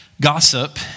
Gossip